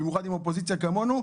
במיוחד עם אופוזיציה כמונו,